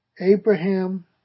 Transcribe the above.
Abraham